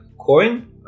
coin